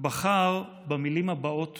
בחר במילים הבאות